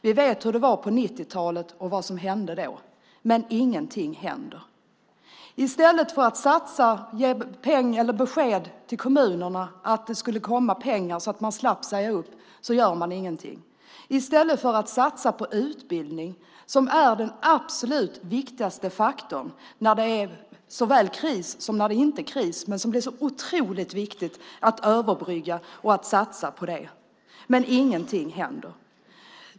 Vi vet hur det var på 90-talet och vad som hände då, men ingenting händer. I stället för att ge besked till kommunerna om att det kommer pengar så att de slipper säga upp gör man ingenting. Utbildning är det absolut viktigaste att satsa på, såväl när det är kris som när det inte är kris, men ingenting händer.